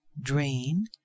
drain